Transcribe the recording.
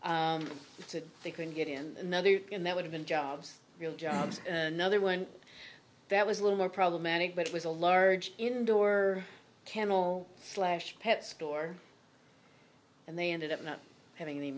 to they couldn't get in another and that would have been jobs real jobs another one that was a little more problematic but it was a large indoor camel slash pet store and they ended up not having